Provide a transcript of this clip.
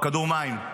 כדור מים.